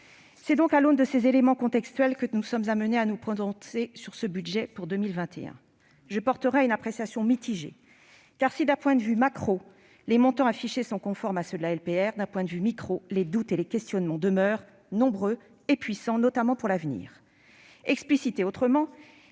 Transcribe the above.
C'est à l'aune de ces éléments contextuels que nous sommes amenés à nous prononcer sur ce budget pour 2021. Je porterai une appréciation mitigée : si, d'un point de vue « macro », les montants affichés sont conformes à ceux de la LPR, d'un point de vue « micro », en revanche, les doutes et les questionnements demeurent nombreux et puissants, notamment pour l'avenir. Dit autrement,